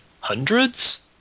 Hundreds